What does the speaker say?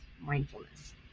mindfulness